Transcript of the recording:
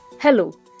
Hello